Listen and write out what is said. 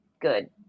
good